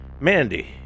Mandy